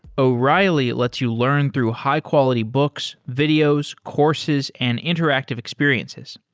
o'reilly lets you learn through high-quality books, videos, courses and interactive experiences.